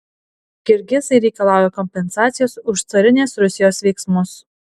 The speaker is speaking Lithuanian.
kirgizai reikalauja kompensacijos už carinės rusijos veiksmus